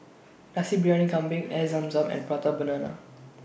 Nasi Briyani Kambing Air Zam Zam and Prata Banana